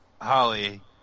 Holly